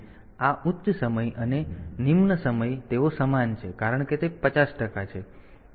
તેથી આ ઉચ્ચ સમય અને નિમ્ન સમય તેઓ સમાન છે કારણ કે તે 50 ટકા છે